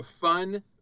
Fun